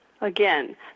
again